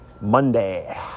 Monday